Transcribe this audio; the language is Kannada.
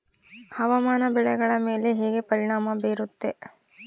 ಹವಾಮಾನ ಬೆಳೆಗಳ ಮೇಲೆ ಹೇಗೆ ಪರಿಣಾಮ ಬೇರುತ್ತೆ?